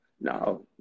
No